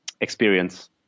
experience